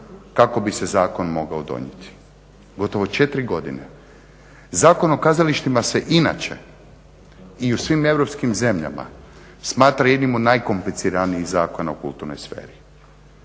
kako bi se zakon mogao donijeti. Gotovo 4 godine. Zakon o kazalištima se inače i u svim europskim zemljama smatra jednim od najkompliciranijih zakona u kulturnoj sferi.